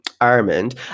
Armand